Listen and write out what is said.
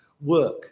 work